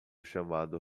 chamado